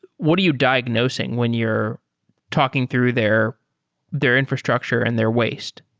what are you diagnosing when you're talking through their their infrastructure and their waste?